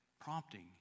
prompting